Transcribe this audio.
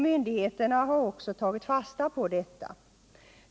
Myndigheterna har också tagit fasta på detta.